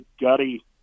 gutty